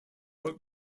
but